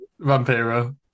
Vampiro